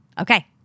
Okay